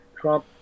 Trump